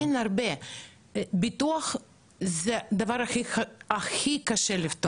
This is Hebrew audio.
ביטוח זה הדבר הכי קשה לפתרון.